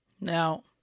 Now